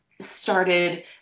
started